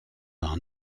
are